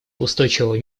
устойчивого